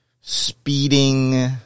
speeding